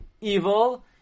evil